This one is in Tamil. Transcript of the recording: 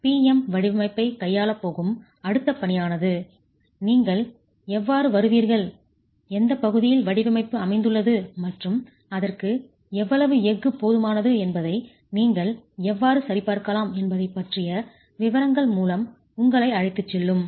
P M வடிவமைப்பைக் கையாளப்போகும் அடுத்த பணியானது நீங்கள் எவ்வாறு வருவீர்கள் எந்தப் பகுதியில் வடிவமைப்பு அமைந்துள்ளது மற்றும் அதற்கு எவ்வளவு எஃகு போதுமானது என்பதை நீங்கள் எவ்வாறு சரிபார்க்கலாம் என்பதைப் பற்றிய விவரங்கள் மூலம் உங்களை அழைத்துச் செல்லும்